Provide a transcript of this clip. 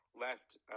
left